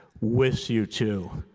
with you too.